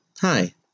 Hi